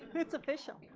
it's official.